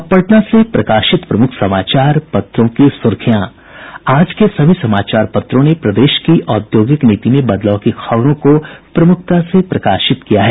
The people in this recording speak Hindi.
अब पटना से प्रकाशित प्रमुख समाचार पत्रों की सुर्खियां आज के सभी समाचार पत्रों ने प्रदेश की औद्योगिक नीति में बदलाव की खबरों को प्रमुखता से प्रकाशित किया है